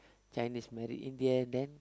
Chinese marry Indian then